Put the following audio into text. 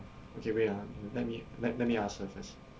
uh okay wait ah let me let let me ask her first